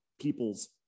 people's